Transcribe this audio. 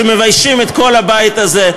שמביישים את כל הבית הזה,